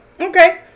okay